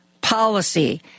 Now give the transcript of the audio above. policy